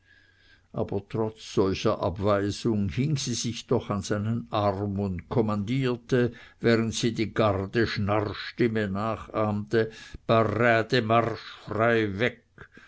aber trotz solcher abweisung hing sie sich doch an seinen arm und kommandierte während sie die garde schnarrstimme nachahmte parademarsch frei weg